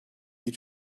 you